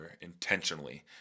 intentionally